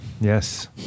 Yes